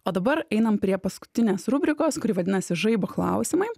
o dabar einam prie paskutinės rubrikos kuri vadinasi žaibo klausimai